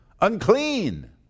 Unclean